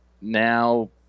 Now